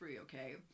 okay